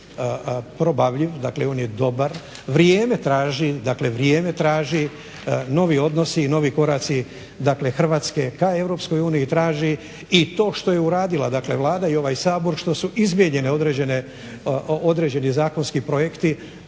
probavljiv, dakle on je dobar, vrijeme traži, novi odnosi i novi koraci dakle Hrvatske ka Europskoj uniji traži i to što je uradila Vlada i ovaj Sabor što su izmijenjeni određeni zakonski projekti,